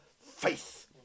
faith